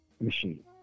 machine